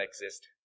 exist